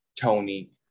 Tony